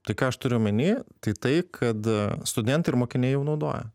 tai ką aš turiu omeny tai tai kad studentai ir mokiniai jau naudoja